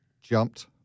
jumped